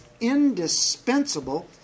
indispensable